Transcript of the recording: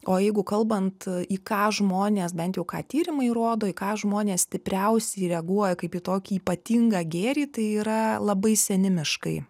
o jeigu kalbant į ką žmonės bent jau ką tyrimai rodo į ką žmonės stipriausiai reaguoja kaip į tokį ypatingą gėrį tai yra labai seni miškai